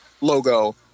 logo